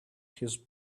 his